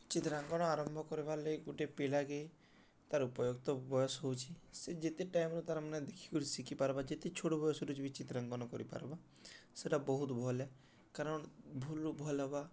ଚିତ୍ରାଙ୍କନ ଆରମ୍ଭ କର୍ବାର୍ ଲାଗି ଗୁଟେ ପିଲାକେ ତାର୍ ଉପଯୁକ୍ତ ବୟସ୍ ହଉଛେ ସେ ଯେତେ ଟାଇମ୍ରୁ ତାର୍ମାନେ ଦେଖିକରି ଶିଖିପାର୍ବା ଯେତେ ଛୋଟ୍ ବୟସ୍ରୁ ବି ଚିତ୍ରାଙ୍କନ କରିପାର୍ବା ସେଟା ବହୁତ୍ ଭଲ୍ ଏ କାରଣ୍ ଭୁଲ୍ରୁ ଭଲ୍ ହେବା